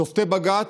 שופטי בג"ץ,